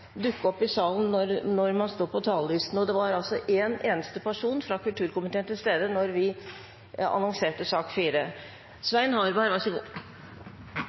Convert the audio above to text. i salen når man står på talerlisten. Det var altså én eneste person fra familie- og kulturkomiteen til stede da vi annonserte sak